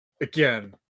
again